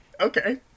okay